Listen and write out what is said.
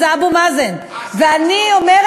המשא-ומתן הוא לא, הוא תוכן.